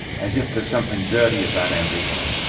as if there's something dirty about ambition.